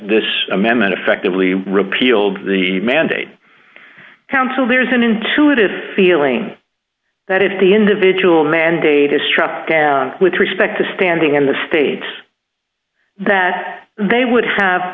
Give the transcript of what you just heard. this amendment effectively repealed the mandate council there's an intuitive feeling that if the individual mandate is struck down with respect to standing in the state that they would have